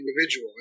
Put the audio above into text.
individual